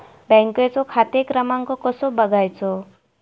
बँकेचो खाते क्रमांक कसो बगायचो?